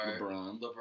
LeBron